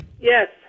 Yes